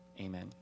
Amen